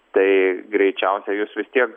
tai greičiausiai jūs vis tiek